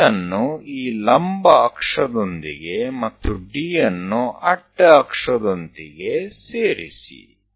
C ಅನ್ನು ಈ ಲಂಬ ಅಕ್ಷದೊಂದಿಗೆ ಮತ್ತು D ಅನ್ನು ಅಡ್ಡ ಅಕ್ಷದೊಂದಿಗೆ ಸೇರಿಸಿ